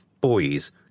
boys